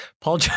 Paul